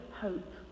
hope